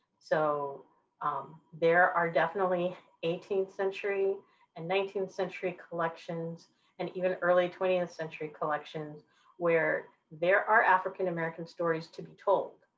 so um there are definitely eighteenth century and nineteenth century collections and even early twentieth century collections where there are african-american stories to be told,